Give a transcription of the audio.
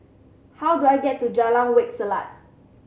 how do I get to Jalan Wak Selat